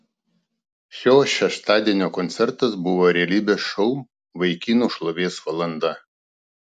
šio šeštadienio koncertas buvo realybės šou vaikinų šlovės valanda